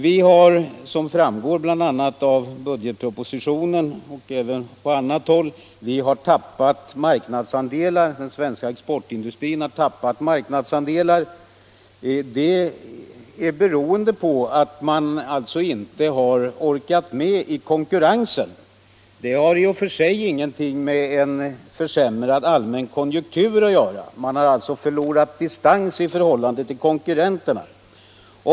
Den svenska exportindustrin har, såsom framgår av bl.a. budgetpropositionen, tappat marknadsandelar. Det beror på att man inte har orkat följa med i konkurrensen. Detta har i och för sig ingenting med en allmänt försämrad konjunktur att göra utan på att distansen i förhållande till konkurrenterna har minskat.